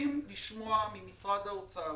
חייבים לשמוע ממשרד האוצר